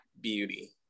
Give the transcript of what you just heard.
beauty